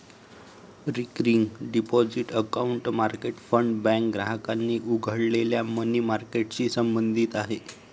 recurring deposit account market fund bank ग्राहकांनी उघडलेल्या money मार्केटशी संबंधित आहे